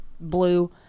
blue